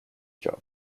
job